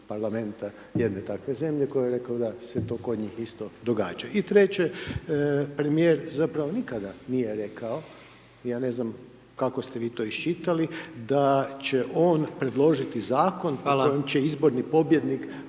parlamenta jedne takve zemlje koji je rekao da se to kod njih isto događa. I treće, premijer zapravo nikada nije rekao, ja ne znam kako ste vi to iščitali, da će on predložiti zakon u kojem će izborni pobjednik